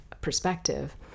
perspective